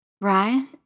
Ryan